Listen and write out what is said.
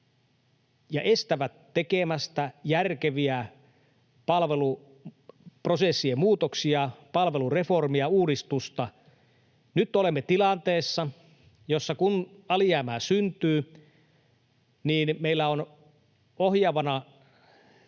ja estävät tekemästä järkeviä palveluprosessien muutoksia, palvelureformia, -uudistusta. Nyt olemme tilanteessa, jossa, kun alijäämää syntyy, niin meillä on ohjaavana